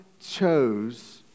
chose